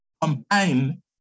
combine